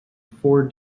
four